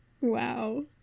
Wow